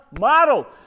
model